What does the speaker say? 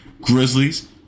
Grizzlies